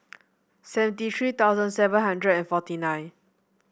seventy three thousand seven hundred and forty nine